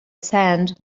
sand